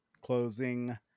closing